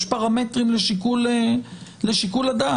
יש פרמטרים לשיקול הדעת,